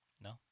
No